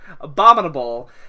Abominable